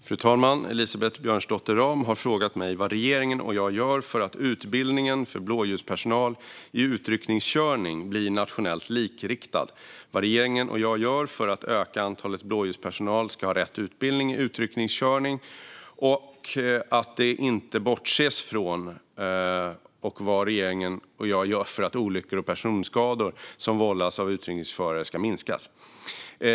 Fru talman! Elisabeth Björnsdotter Rahm har frågat mig vad regeringen och jag gör för att utbildningen för blåljuspersonal i utryckningskörning ska bli nationellt likriktad och vad regeringen och jag gör för att ett ökat antal blåljuspersonal ska ha rätt utbildning i utryckningskörning och att det inte ska bortses från detta. Hon har också frågat mig vad regeringen och jag gör för att olyckor med personskador som vållas av utryckningsförare ska minska.